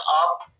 up